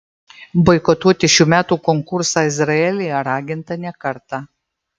boikotuoti šių metų konkursą izraelyje raginta ne kartą